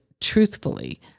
truthfully